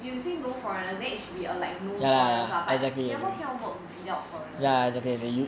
you say no foreigners then it should be err like no foreigners lah but singapore cannot work without foreigners